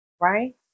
right